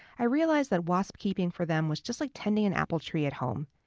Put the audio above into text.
i realized that wasp keeping for them was just like tending an apple tree at home.